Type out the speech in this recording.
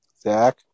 Zach